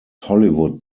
hollywood